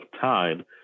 time